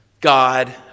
God